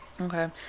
okay